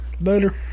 later